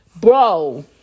Bro